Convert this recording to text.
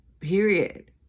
period